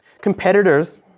Competitors